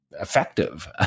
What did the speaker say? effective